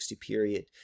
period